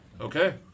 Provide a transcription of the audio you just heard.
Okay